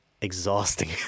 exhausting